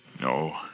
No